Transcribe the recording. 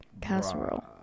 casserole